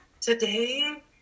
today